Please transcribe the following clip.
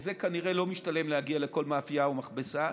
זה כנראה לא משתלם להגיע לכל מאפיה או מכבסה,